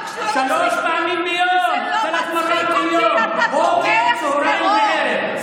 שלוש פעמים ביום, בוקר, צוהריים וערב.